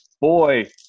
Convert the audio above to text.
boy